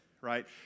right